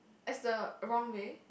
as the wrong way